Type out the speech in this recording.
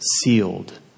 sealed